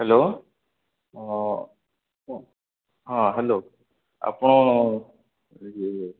hello ହଁ hello ଆପଣ ୟେ